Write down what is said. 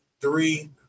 three